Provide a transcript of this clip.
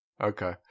Okay